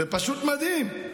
זה פשוט מדהים.